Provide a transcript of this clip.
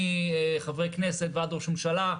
מחברי כנסת ועד ראש הממשלה,